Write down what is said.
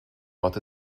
but